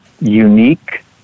unique